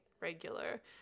regular